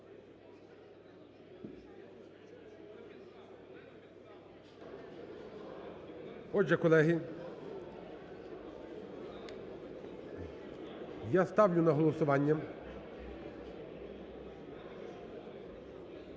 Отже, колеги, я ставлю на голосування